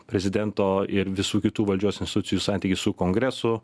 prezidento ir visų kitų valdžios institucijų santykius su kongresu